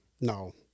no